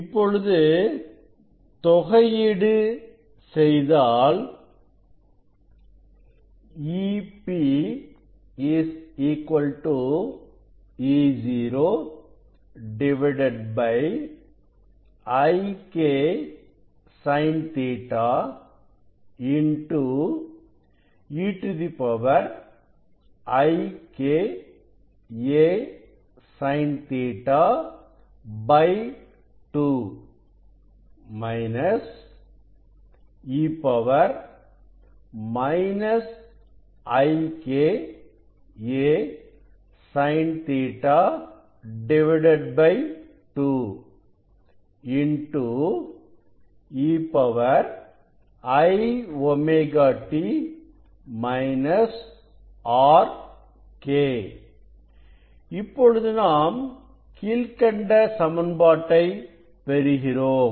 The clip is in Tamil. இப்பொழுது தொகையீடு செய்தாள் Ep Eo iksinƟ e ikasinƟ2 e ikasinƟ2 e iwt Rk இப்பொழுது நாம் கீழ்க்கண்ட சமன்பாட்டை பெறுகிறோம்